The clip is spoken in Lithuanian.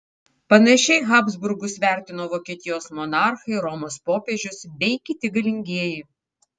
panašiai habsburgus vertino vokietijos monarchai romos popiežius bei kiti galingieji